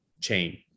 chain